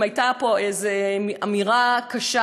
אם הייתה פה איזו אמירה קשה,